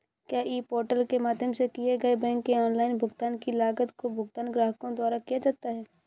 क्या e portal के माध्यम से किए गए बैंक के ऑनलाइन भुगतान की लागत का भुगतान ग्राहकों द्वारा किया जाता है?